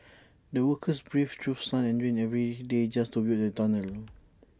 the workers braved through sun and rain every day just to build the tunnel